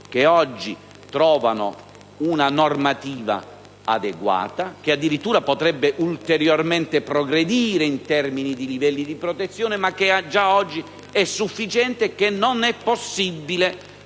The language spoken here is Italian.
che oggi trovano una normativa adeguata e che addirittura potrebbe ulteriormente progredire in termini di livelli di protezione ma che già oggi è sufficiente, che non è possibile